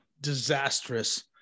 disastrous